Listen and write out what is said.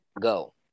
go